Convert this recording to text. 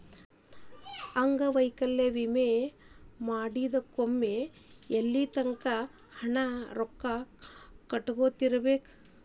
ಅಂಗವೈಕಲ್ಯ ವಿಮೆ ಮಾಡಿದ್ಮ್ಯಾಕ್ ಎಲ್ಲಿತಂಕಾ ಹಂಗ ರೊಕ್ಕಾ ಕಟ್ಕೊತಿರ್ಬೇಕ್?